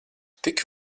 tik